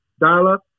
dial-up